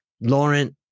Laurent